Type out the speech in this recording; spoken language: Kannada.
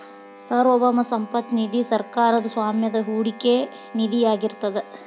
ಸಾರ್ವಭೌಮ ಸಂಪತ್ತ ನಿಧಿ ಸರ್ಕಾರದ್ ಸ್ವಾಮ್ಯದ ಹೂಡಿಕೆ ನಿಧಿಯಾಗಿರ್ತದ